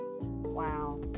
Wow